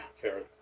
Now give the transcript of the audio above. karen